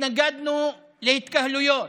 התנגדנו להתקהלויות,